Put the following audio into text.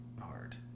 hard